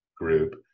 group